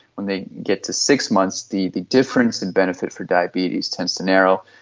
when they get to six months, the the difference in benefit for diabetes tends to narrow.